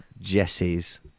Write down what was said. Jesse's